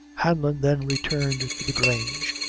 hanlon then returned to the grange,